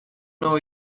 know